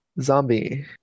Zombie